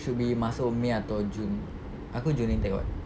should be masuk may atau june aku june intake [what]